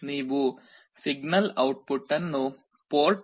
ನೀವು signal output ಅನ್ನು port ಪಿನ್ಗಳಲ್ಲಿ ಒಂದಕ್ಕೆ ಸಂಪರ್ಕಿಸುತ್ತೀರಿ